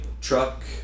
truck